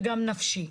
וגם נפשי.